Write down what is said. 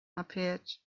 appeared